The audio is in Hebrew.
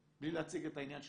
בלי להציג את העניין של